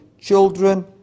children